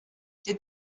did